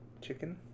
chicken